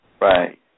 Right